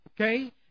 okay